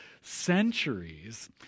centuries